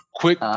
quick